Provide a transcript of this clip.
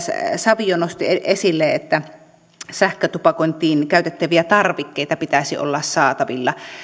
savio nosti esille että sähkötupakointiin käytettäviä tarvikkeita pitäisi olla saatavilla